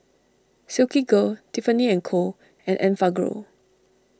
Silkygirl Tiffany and Co and Enfagrow